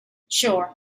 sure